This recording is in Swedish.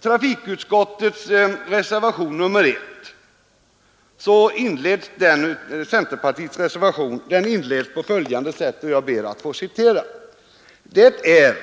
Centerpartiets reservation 1 till trafikutskottets betänkande inleds på följande sätt: ”Det är